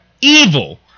evil